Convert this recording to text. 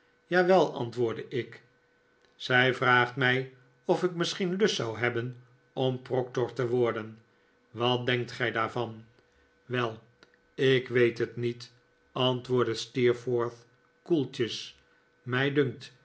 jawel antwoordde ik zij vraagt mij of ik misschien lust zou hebben om proctor te worden wat denkf gij daarvan wel ik weet het niet antwoordde steerforth koeltjes mij dunkt